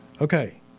Okay